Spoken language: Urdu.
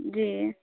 جی